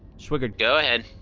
swigert go ahead.